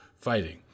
fighting